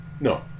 no